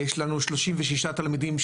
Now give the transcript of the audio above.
יש לנו 36 תלמידים.